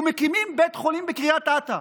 ומקימים בית חולים בקריית אתא,